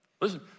Listen